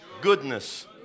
goodness